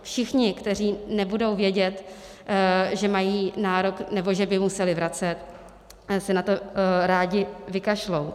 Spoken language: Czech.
Všichni, kteří nebudou vědět, že mají nárok, nebo že by museli vracet, se na to rádi vykašlou.